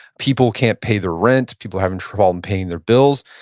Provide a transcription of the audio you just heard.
people can't pay their rent, people having problem paying their bills.